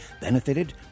benefited